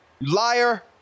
Liar